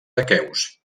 aqueus